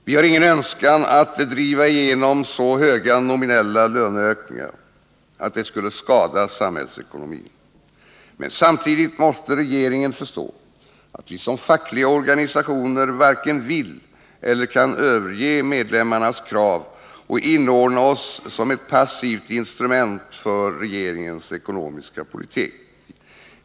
Vi har ingen önskan att driva igenom så höga nominella löneökningar att det skulle skada samhällsekonomin. Men samtidigt måste regeringen förstå att vi som fackliga organisationer varken vill eller kan överge medlemmarnas krav och inordnas som ett passivt instrument för regeringens ekonomiska politik.